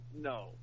no